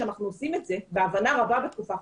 שאנחנו עושים את זה בהבנה רבה בתקופה האחרונה,